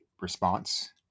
response